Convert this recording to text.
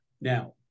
Now